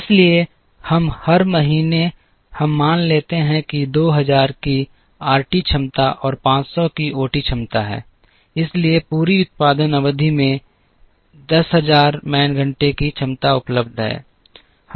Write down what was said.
इसलिए हर महीने हम मान लेते हैं कि 2000 की आरटी क्षमता और 500 की ओटी क्षमता है इसलिए पूरी उत्पादन अवधि में 10000 मैन घंटे की क्षमता उपलब्ध है